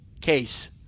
case